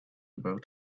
about